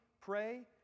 pray